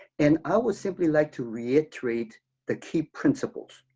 and i would simply like to reiterate the key principles.